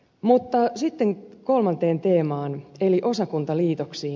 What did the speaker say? mutta sitten kolmanteen teemaan eli osakuntaliitoksiin